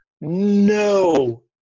no